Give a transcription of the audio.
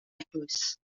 eglwys